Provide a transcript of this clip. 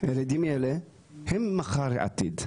הילדים האלה הם העתיד והמחר,